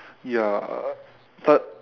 ya but